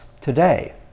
today